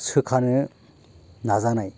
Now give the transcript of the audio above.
सोखानो नाजानाय